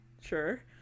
sure